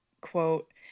quote